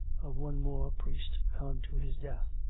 of one more priest gone to his death.